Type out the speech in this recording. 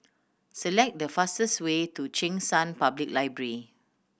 select the fastest way to Cheng San Public Library